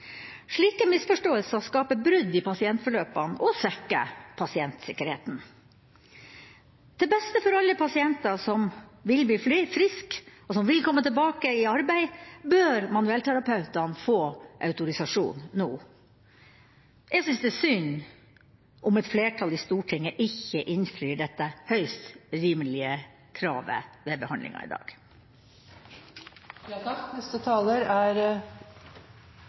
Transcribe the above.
Slike misforståelser skaper brudd i pasientforløpene og svekker pasientsikkerheten. Til beste for alle pasienter som vil bli friske, og som vil komme tilbake i arbeid, bør manuellterapeutene få autorisasjon nå. Jeg synes det er synd om et flertall i Stortinget ikke innfrir dette høyst rimelige kravet ved behandlinga i